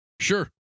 Sure